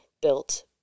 built